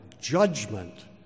Judgment